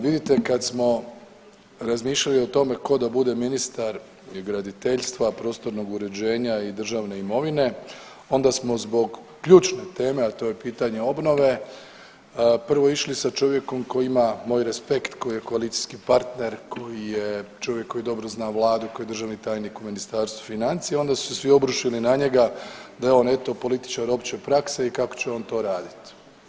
Vidite kad smo razmišljali o tome ko da bude ministar graditeljstva, prostornog uređenja i državne imovine onda smo zbog ključne teme, a to je pitanje obnove prvo išli sa čovjekom koji ima moj respekt koji je koalicijski partner, koji je čovjek koji dobro zna vladu, koji je državni tajnik u Ministarstvu financija onda su se svi obrušili na njega da je on eto političar opće prakse i kako će on to radit.